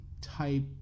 type